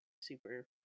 super